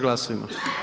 Glasujmo.